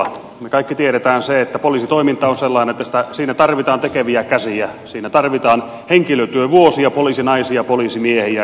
me kaikki tiedämme sen että poliisitoiminta on sellaista että siinä tarvitaan tekeviä käsiä siinä tarvitaan henkilötyövuosia poliisinaisia poliisimiehiä